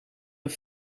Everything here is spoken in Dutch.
een